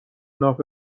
ناف